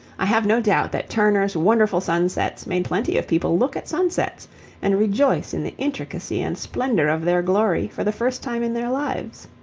i have no doubt that turner's wonderful sunsets made plenty of people look at sunsets and rejoice in the intricacy and splendour of their glory for the first time in their lives.